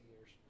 years